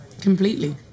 completely